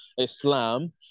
Islam